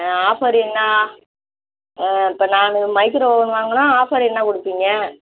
ஆ offer என்ன இப்போ நான் மைக்ரோ ஓவன் வாங்கினா ஆஃபர் என்ன கொடுப்பீங்க